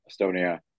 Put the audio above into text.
Estonia